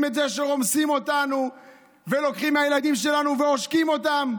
שרומסים אותנו ולוקחים מהילדים שלנו ועושקים אותם,